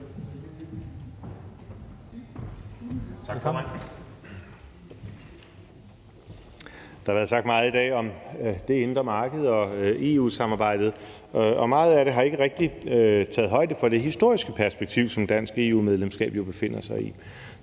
Tak for det.